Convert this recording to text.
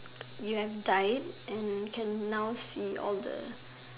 you have died and can now see all the